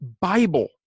Bible